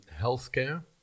healthcare